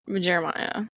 Jeremiah